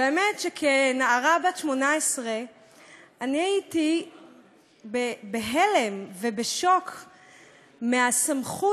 והאמת שכנערה בת 18 אני הייתי בהלם ובשוק מהמסכות